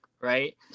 right